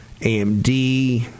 AMD